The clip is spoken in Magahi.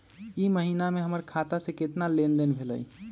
ई महीना में हमर खाता से केतना लेनदेन भेलइ?